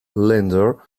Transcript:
leander